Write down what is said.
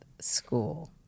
school